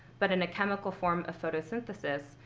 but, in a chemical form of photosynthesis,